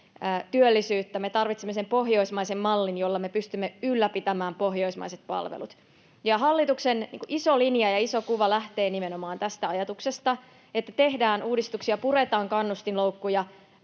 työllisyyttä, me tarvitsemme sen pohjoismaisen mallin, jolla me pystymme ylläpitämään pohjoismaiset palvelut. Hallituksen iso linja ja iso kuva lähtee nimenomaan tästä ajatuksesta, että tehdään uudistuksia, puretaan kannustinloukkuja,